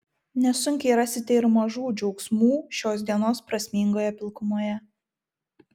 nesunkiai rasite ir mažų džiaugsmų šios dienos prasmingoje pilkumoje